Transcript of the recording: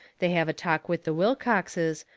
they have a talk with the wilcoxes,